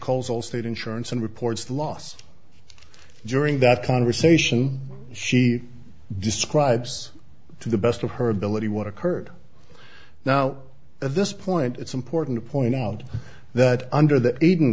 calls allstate insurance and reports the loss during that conversation she describes to the best of her ability what occurred now at this point it's important to point out that under th